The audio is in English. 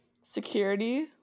Security